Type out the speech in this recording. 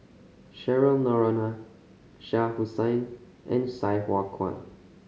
Cheryl Noronha Shah Hussain and Sai Hua Kuan